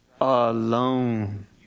Alone